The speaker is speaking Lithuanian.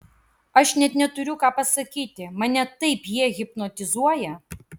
aš net neturiu ką pasakyti mane taip jie hipnotizuoja